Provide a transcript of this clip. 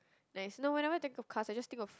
nice no whenever think of cars I just think of